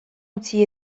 utzi